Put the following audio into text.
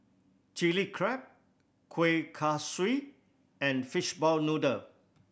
Chilli Crab Kueh Kaswi and fishball noodle